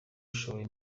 ashoboye